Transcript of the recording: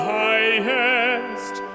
highest